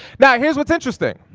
now, here's what's interesting.